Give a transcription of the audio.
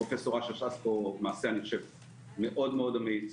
פרופ' אש עשה מעשה מאוד אמיץ,